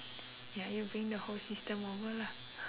ya you bring the whole system over lah